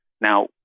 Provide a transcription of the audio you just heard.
Now